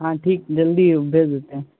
ہاں ٹھیک جلدی ہی بھیج دیتے ہیں